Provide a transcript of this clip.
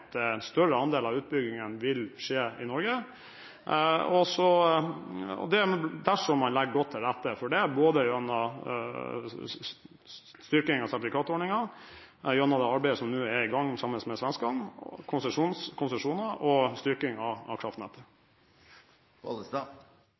en større andel av utbyggingen vil skje i Norge. Og man legger godt til rette for det gjennom styrking av sertifikatordningen, gjennom det arbeidet som nå er i gang sammen med svenskene, konsesjoner og styrking av